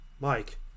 Mike